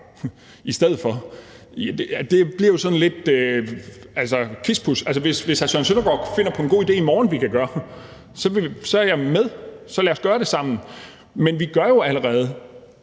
i stedet for. Det bliver sådan noget kispus. Hvis hr. Søren Søndergaard i morgen finder på en god idé til noget, vi kan gøre, er jeg med, og så lad os gøre det sammen. Men vi gør jo allerede